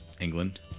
England